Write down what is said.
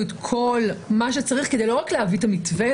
את כל מה שצריך כדי לא רק להביא את המתווה,